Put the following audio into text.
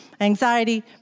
anxiety